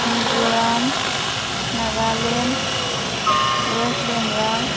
Mizoram Nagaland west Bengal